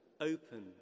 open